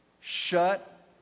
Shut